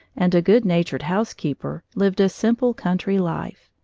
and a good-natured housekeeper, lived a simple, country life.